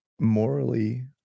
morally